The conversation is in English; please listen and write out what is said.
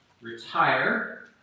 retire